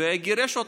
וגירש אותן,